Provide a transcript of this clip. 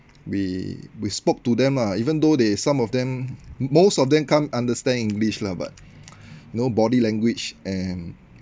we we spoke to them ah even though they some of them most of them can't understand english lah but know body language and